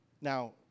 Now